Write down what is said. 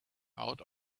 out